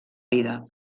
vida